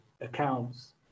accounts